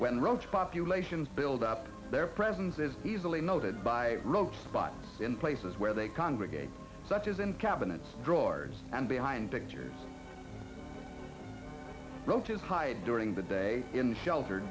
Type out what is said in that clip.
when roach populations build up their presence is easily noted by rogue spot in places where they congregate such as in cabinets drawers and behind pictures roaches hide during the day in the shelter